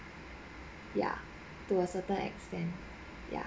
ya to a certain extend ya